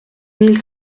mille